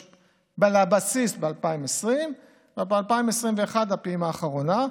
לבסיס ב-2020 וב-2021 הפעימה האחרונה.